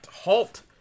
Halt